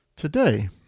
Today